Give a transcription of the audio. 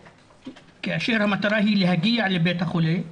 כאשר המטרה היא להגיע לבית החולה,